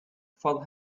four